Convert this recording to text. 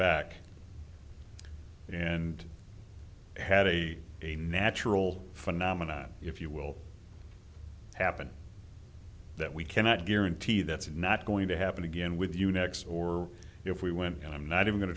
back and had a a natural phenomenon if you will happen that we cannot guarantee that's not going to happen again with you next or if we went and i'm not